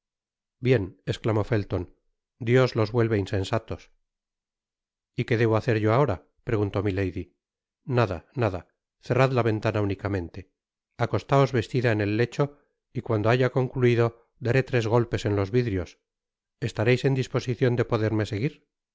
bien esclamó felton dios los vuelve insensatos y qué debo hacer yo ahora preguntó milady nada nada cerrad la ventana únicamente acostaos vestida en el lecho y cuando haya concluido daré tres golpes en los vidrios estareis en disposicion de poderme seguir